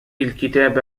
الكتاب